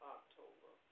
October